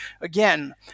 again